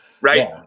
Right